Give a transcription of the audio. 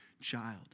child